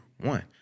one